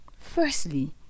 Firstly